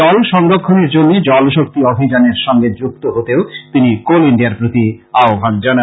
জল সংরক্ষণের জন্য জল শক্তি অভিযানের সঙ্গে যুক্ত হতেও তিনি কোল ইন্ডিয়ার প্রতি আহ্বান জানান